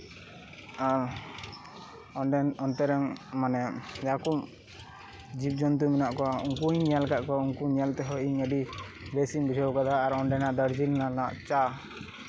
ᱮᱸ ᱚᱸᱰᱮᱱ ᱚᱱᱛᱮ ᱨᱮᱱ ᱡᱟᱦᱟᱸᱭ ᱠᱚ ᱡᱤᱵᱼᱡᱚᱱᱛᱩ ᱦᱮᱱᱟᱜ ᱠᱚᱣᱟ ᱩᱱᱠᱩ ᱦᱚᱸᱧ ᱧᱮᱞ ᱠᱟᱫ ᱠᱚᱣᱟ ᱩᱱᱠᱩ ᱧᱮᱞ ᱛᱮᱦᱚᱸ ᱤᱧ ᱟᱹᱰᱤ ᱵᱮᱥᱤᱧ ᱵᱩᱡᱷᱟᱹᱣ ᱟᱠᱟᱫᱟ ᱟᱨ ᱚᱸᱰᱮᱱᱟᱜ ᱫᱟᱨᱡᱤᱞᱤᱝ ᱨᱮᱱᱟᱜ ᱪᱟ